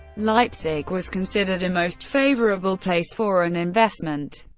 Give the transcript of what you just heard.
leipzig was considered a most favorable place for an investment.